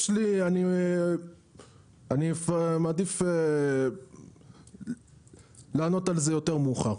יש לי, אני מעדיף לענות על זה יותר מאוחר.